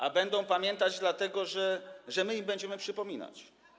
A będą pamiętać, dlatego że my im będziemy przypominać.